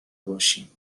باشیم